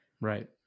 right